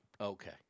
Okay